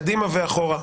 קדימה ואחורה.